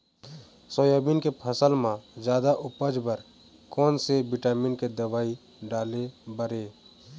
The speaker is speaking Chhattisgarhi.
सोयाबीन के फसल म जादा उपज बर कोन से विटामिन के दवई डाले बर ये?